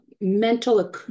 mental